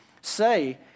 say